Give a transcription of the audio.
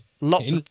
Lots